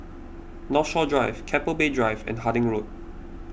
Northshore Drive Keppel Bay Drive and Harding Road